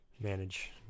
manage